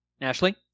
Ashley